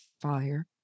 Fire